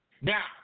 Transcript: Now